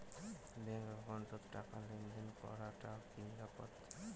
Bank একাউন্টত টাকা লেনদেন করাটা কি নিরাপদ?